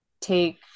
take